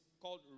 called